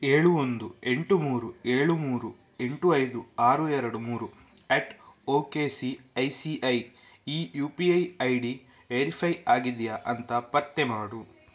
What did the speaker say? ಏಳು ಒಂದು ಎಂಟು ಮೂರು ಏಳು ಮೂರು ಎಂಟು ಐದು ಆರು ಎರಡು ಮೂರು at O K C I C I E U P I I D verify ಆಗಿದೆಯಾ ಅಂತ ಪತ್ತೆ ಮಾಡು